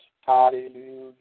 hallelujah